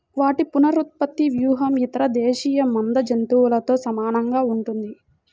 వాటి పునరుత్పత్తి వ్యూహం ఇతర దేశీయ మంద జంతువులతో సమానంగా ఉంటుంది